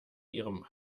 ihrem